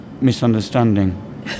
misunderstanding